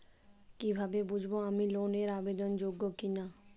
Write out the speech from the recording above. কীভাবে বুঝব আমি লোন এর আবেদন যোগ্য কিনা?